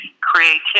creativity